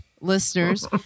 listeners